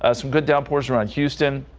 ah some good downpours around houston.